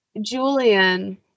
Julian